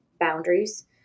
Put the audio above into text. boundaries